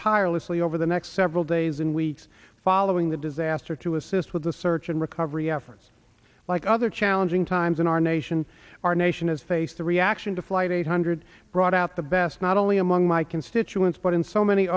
tirelessly over the next several days and weeks following the disaster to assist with the search and recovery efforts like other challenging times in our nation our nation has faced the reaction to flight eight hundred brought out the best not only among my constituents but in so many